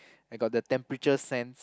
I got the temperature sense